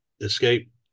escape